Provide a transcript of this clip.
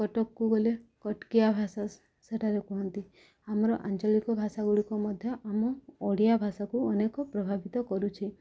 କଟକକୁ ଗଲେ କଟକିଆ ଭାଷା ସେଠାରେ କୁହନ୍ତି ଆମର ଆଞ୍ଚଳିକ ଭାଷା ଗୁଡ଼ିକ ମଧ୍ୟ ଆମ ଓଡ଼ିଆ ଭାଷାକୁ ଅନେକ ପ୍ରଭାବିତ କରୁଛି